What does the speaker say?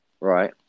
right